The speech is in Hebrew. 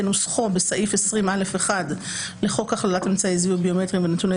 כנוסחו בסעיף 20(א)(1) לחוק הכללת אמצעי זיהוי ביומטריים ונתוני